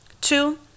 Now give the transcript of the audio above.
Two